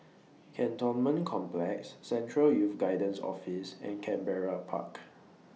Cantonment Complex Central Youth Guidance Office and Canberra Park